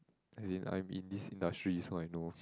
as in I'm in this industry so I know